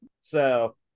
So-